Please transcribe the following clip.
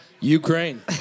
Ukraine